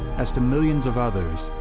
as to millions of others,